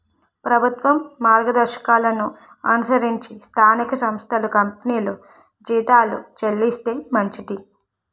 ప్రభుత్వ మార్గదర్శకాలను అనుసరించి స్థానిక సంస్థలు కంపెనీలు జీతాలు చెల్లిస్తే మంచిది